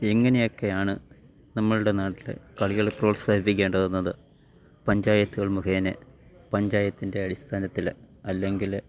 എങ്ങനെയൊക്കെ ആണ് നമ്മളുടെ നാട്ടിൽ കളികൾ പ്രോത്സാഹിപ്പിക്കേണ്ടതെന്നത് പഞ്ചായത്തുകൾ മുഖേന പഞ്ചായത്തിൻ്റെ അടിസ്ഥാനത്തിൽ അല്ലെങ്കിൽ